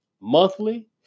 monthly